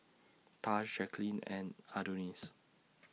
Tahj Jacqueline and Adonis